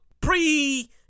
Pre